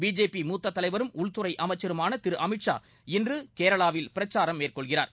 BJP மூத்த தலைவரும் உள்துறை அமைச்சருமான திரு அமித் ஷா இன்று கேரளாவில் பிரச்சாரம் மேற்கொள்கிறார்